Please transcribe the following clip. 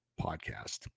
podcast